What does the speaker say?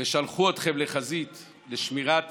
ושלחו אתכם לחזית לשמירת